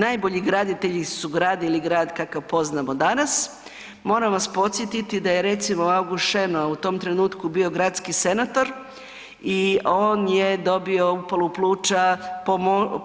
Najbolji graditelji su gradili grad kakav poznamo danas, moram vas podsjetiti da je recimo August Šenoa u tom trenutku bio gradski senator i on je dobio upalu pluća